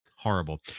Horrible